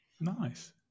Nice